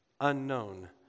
unknown